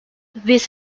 this